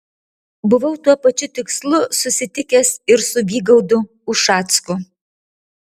buvau tuo pačiu tikslu susitikęs ir su vygaudu ušacku